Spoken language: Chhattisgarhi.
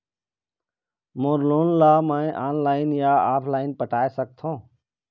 मोर लोन ला मैं ऑनलाइन या ऑफलाइन पटाए सकथों?